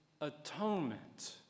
atonement